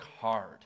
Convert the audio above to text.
hard